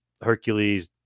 Hercules